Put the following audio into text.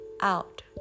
out